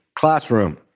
classroom